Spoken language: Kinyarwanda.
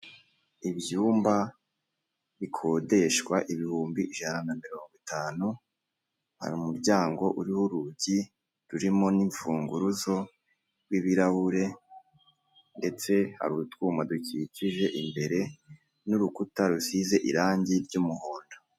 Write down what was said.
Ibyumba bikodeshwa ibihumbi ijana na mirongo itanu hari umuryango uriho urugi rurimo n'imfunguzo wibirahure ndetse hari utwuma dukikije imbere n'urukuta rusize irangi ry'umuhondo .